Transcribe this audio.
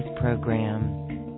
program